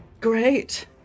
Great